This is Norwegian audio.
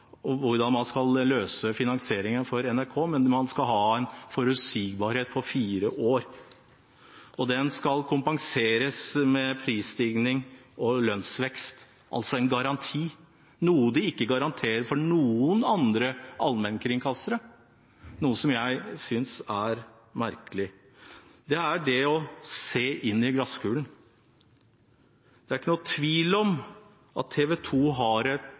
man skal løse finansieringen for NRK; man skal ha forutsigbarhet for fire år. Det skal kompenseres for pris- og lønnsvekst, altså en garanti, noe de ikke garanterer for noen andre allmennkringkastere, og det synes jeg er merkelig. Det er det å se inn i glasskulen. Det er ikke noen tvil om at TV 2 er og har vært en kvalitet i Medie-Norge, i TV-Norge, og har vært et